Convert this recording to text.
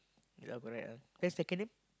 ya correct ah then second name